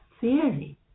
theory